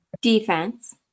defense